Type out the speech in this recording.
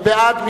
מי בעד?